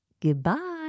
goodbye